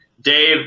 Dave